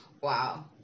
wow